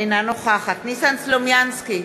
אינה נוכחת ניסן סלומינסקי,